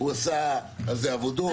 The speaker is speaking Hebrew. הוא עשה על זה עבודות.